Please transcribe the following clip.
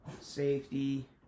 Safety